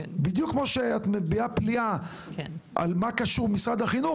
כמו שאת מביעה פליאה על מה קשור משרד החינוך,